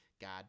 God